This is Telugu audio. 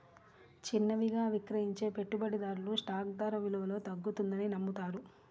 చిన్నవిగా విక్రయించే పెట్టుబడిదారులు స్టాక్ ధర విలువలో తగ్గుతుందని నమ్ముతారు